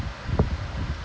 oh my god